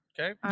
Okay